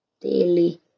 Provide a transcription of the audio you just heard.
daily